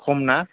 खम ना